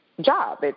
job